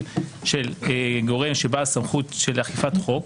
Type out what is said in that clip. של גורם שהוא בעל סמכות של אכיפת חוק,